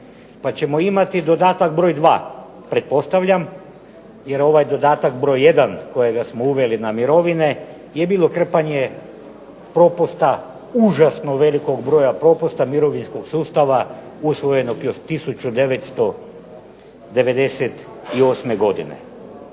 pa ćemo imati dodatak broj 2, pretpostavljam, jer ovaj dodatak broj 1 kojega smo uveli na mirovine, je bilo krpanje propusta užasno velikog broja propusta mirovinskog sustava usvojenog još 1998. godine.